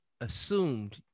assumed